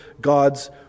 God's